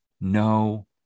no